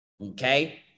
okay